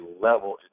level